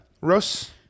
Rose